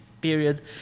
period